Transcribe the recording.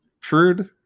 Trude